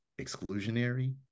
exclusionary